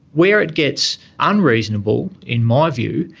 where it gets unreasonable, in my view,